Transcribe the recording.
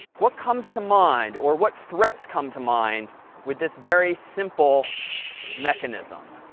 what comes to mind, or what threats come to mind with this very simple mechanism?